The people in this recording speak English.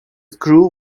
screw